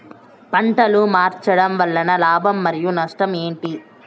పంటలు మార్చడం వలన లాభం మరియు నష్టం ఏంటి